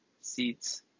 seats